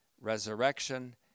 resurrection